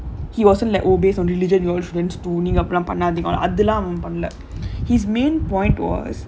he wasn't like oh based on religion you all shouldn't stoning இனி இப்டிலாம் பண்ணாதீங்க அதெல்லாம் அவன் பண்ணல:ini ipdilaam pannatheenga adhellaam avan pannala his main point was